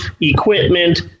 equipment